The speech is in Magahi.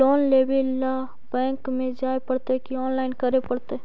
लोन लेवे ल बैंक में जाय पड़तै कि औनलाइन करे पड़तै?